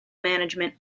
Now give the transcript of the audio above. management